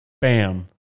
Bam